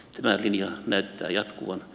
tämä linja näyttää jatkuvan